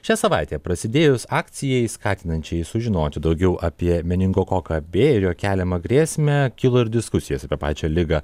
šią savaitę prasidėjus akcijai skatinančiai sužinoti daugiau apie meningokoką b ir jo keliamą grėsmę kilo ir diskusijos apie pačią ligą